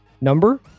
number